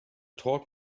taught